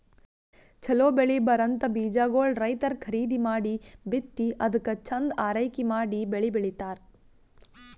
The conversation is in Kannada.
ಛಲೋ ಬೆಳಿ ಬರಂಥ ಬೀಜಾಗೋಳ್ ರೈತರ್ ಖರೀದಿ ಮಾಡಿ ಬಿತ್ತಿ ಅದ್ಕ ಚಂದ್ ಆರೈಕೆ ಮಾಡಿ ಬೆಳಿ ಬೆಳಿತಾರ್